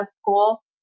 school